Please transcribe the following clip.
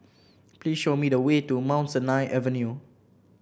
please show me the way to Mount Sinai Avenue